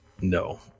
No